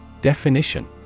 Definition